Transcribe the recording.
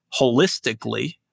holistically